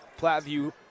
Platteview